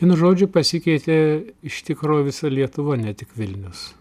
vienu žodžiu pasikeitė iš tikrųjų visa lietuva ne tik vilnius